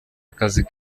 akazi